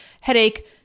headache